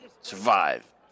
Survive